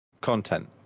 content